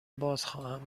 بازخواهم